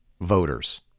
voters